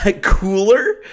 cooler